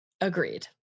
agreed